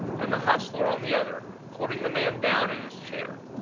and the hostler on the other, holding the man down in his chair.